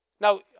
Now